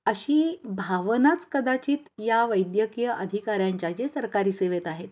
अशी भावनाच कदाचित या वैद्यकीय अधिकाऱ्यांच्या जे सरकारी सेवेत आहेत